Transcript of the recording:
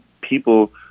people